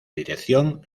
dirección